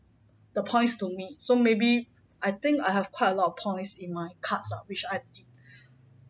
the points to me so maybe I think I have quite a lot of points in my cards ah which I